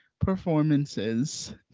performances